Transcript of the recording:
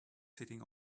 sitting